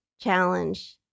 challenge